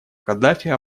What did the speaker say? каддафи